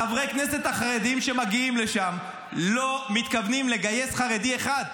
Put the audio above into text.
חברי הכנסת החרדים שמגיעים לשם לא מתכוונים לגייס חרדי אחד.